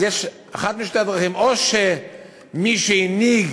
אז יש אחת משתי הדרכים: או שמי שהנהיג